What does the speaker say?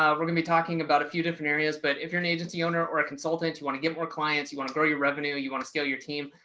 um we're gonna be talking about a few different areas. but if you're an agency owner or a consultant, you want to get more clients you want to grow your revenue, you want to scale your team.